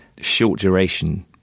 short-duration